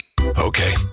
Okay